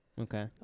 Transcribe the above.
Okay